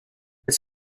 this